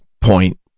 point